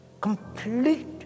complete